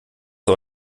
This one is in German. zur